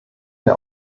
der